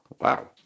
wow